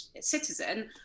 citizen